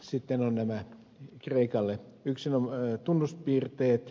sitten ovat nämä kreikan tunnuspiirteet